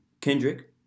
Kendrick